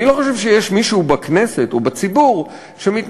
אני לא חושב שיש מישהו בכנסת או בציבור שמתנגד